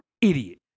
idiot